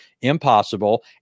impossible